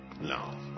No